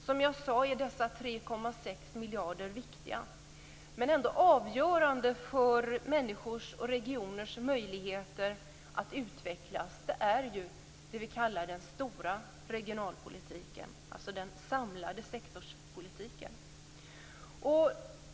Som jag sade är dessa 3,6 miljarder viktiga, men avgörande för människors och regioners möjligheter att utvecklas är ändå det vi kallar den stora regionalpolitiken, alltså den samlade sektorspolitiken.